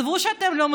נא